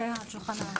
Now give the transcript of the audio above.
למרות שאני לא רופאה,